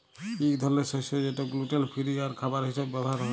ইক ধরলের শস্য যেট গ্লুটেল ফিরি আর খাবার হিসাবে ব্যাভার হ্যয়